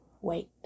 wait